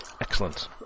Excellent